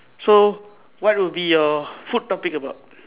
so what will be your food topic about